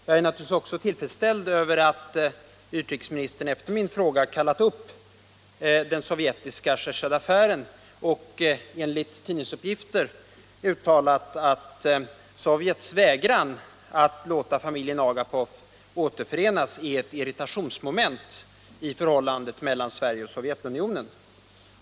Jag är naturligtvis också tillfredsställd över att utrikesminstern efter det att min fråga ställdes har kallat upp Sovjets Chargé d'affaires och enligt tidningsuppgifter uttalat att Sovjets vägran att låta familjen Agapov återförenas är ett irritationsmoment i förhållandet mellan Sverige och Sovjetunionen.